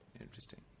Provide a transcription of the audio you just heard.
Interesting